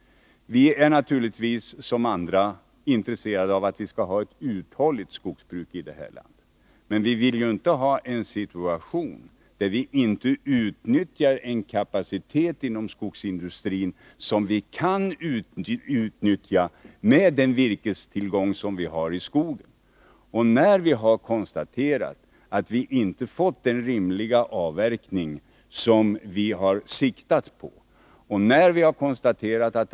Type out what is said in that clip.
Vi är naturligtvis som andra intresserade av att ha ett uthålligt skogsbruk i detta land. Men vi vill inte ha en situation där vi inte utnyttjar en kapacitet inom skogsindustrin som vi kan utnyttja med den virkestillgång som vi har i skogen. Vi har konstaterat att man inte fått den avverkning som varit möjlig 11 Riksdagens protokoll 1982/83:18-19 och som man siktat på.